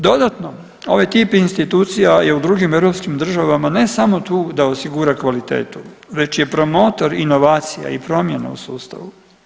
Dodatno ovaj tip institucija je u drugim europskim državama ne samo tu da osigura kvalitetu već i promotor inovacija i promjena u sustavu.